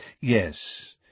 Yes